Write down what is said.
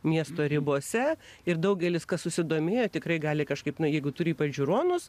miesto ribose ir daugelis kas susidomėjo tikrai gali kažkaip na jeigu turi ypač žiūronus